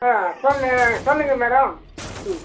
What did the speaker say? ஆ சொல்லு சொல்லுங்கள் மேடம் ம்